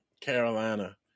Carolina